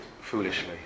foolishly